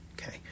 Okay